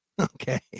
Okay